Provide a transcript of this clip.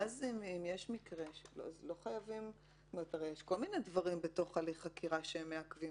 יש כל מיני דברים בתוך הליך חקירה שמעכבים,